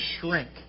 shrink